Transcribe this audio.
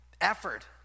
effort